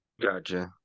Gotcha